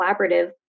Collaborative